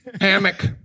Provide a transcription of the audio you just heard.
Hammock